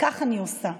וכך אני עושה: